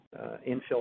infill